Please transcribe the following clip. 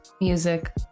music